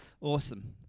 Awesome